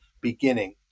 beginning